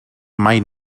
mai